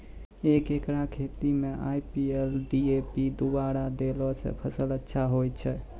एक एकरऽ खेती मे आई.पी.एल डी.ए.पी दु बोरा देला से फ़सल अच्छा होय छै?